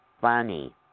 funny